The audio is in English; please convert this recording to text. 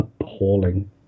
appalling